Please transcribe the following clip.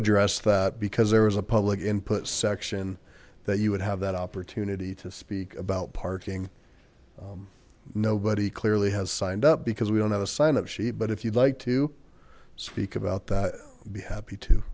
address that because there was a public input section that you would have that opportunity to speak about parking nobody clearly has signed up because we don't have a sign up sheet but if you'd like to speak about that would be happy to